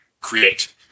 create